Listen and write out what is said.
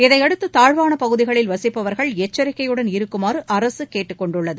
இதையடுத்து தாழ்வான பகுதிகளில் வசிப்பவர்கள் எச்சரிக்கையுடன் இருக்குமாறு அரசு கேட்டுக்கொண்டுள்ளது